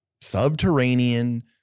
subterranean